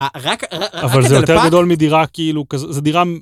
רק... אבל זה יותר גדול מדירה כאילו, כזה ,זו דירה...